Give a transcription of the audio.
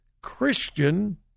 Christian